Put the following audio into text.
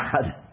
God